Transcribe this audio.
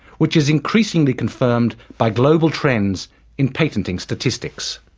which is increasingly confirmed by global trends in patenting statistics.